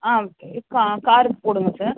ஆ இப்போ காருக்கு போடுங்கள் சார்